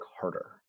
harder